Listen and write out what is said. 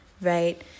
right